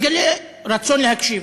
והוא מגלה רצון להקשיב.